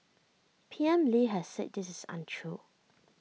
P M lee has said this is untrue